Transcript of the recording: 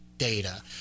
Data